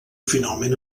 finalment